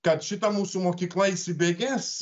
kad šita mūsų mokykla įsibėgės